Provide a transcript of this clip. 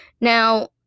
Now